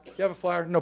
you have a flyer, and